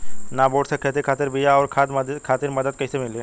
नाबार्ड से खेती खातिर बीया आउर खाद खातिर मदद कइसे मिली?